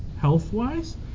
health-wise